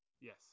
Yes